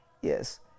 Yes